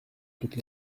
toutes